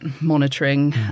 monitoring